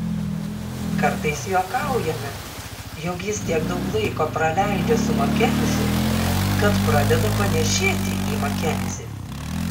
kartais juokaujame jog jis tiek daug laiko praleidžia su makenziu kad pradeda panėšėti į makenzį